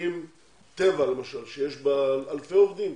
טבע למשל, יש בה אלפי עובדים,